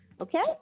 Okay